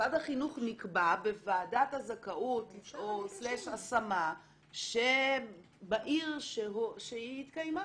מוסד החינוך נקבע בוועדת הזכאות/השמה בעיר שהיא התקיימה.